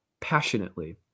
passionately